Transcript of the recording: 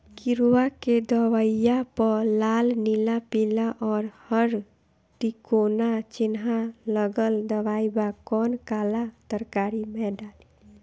किड़वा के दवाईया प लाल नीला पीला और हर तिकोना चिनहा लगल दवाई बा कौन काला तरकारी मैं डाली?